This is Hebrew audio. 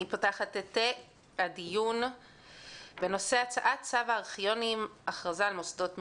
אני פותחת את הדיון בנושא הצעת צו הארכיונים (הכרזה על מוסדות מדינה).